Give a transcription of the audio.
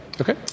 Okay